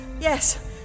yes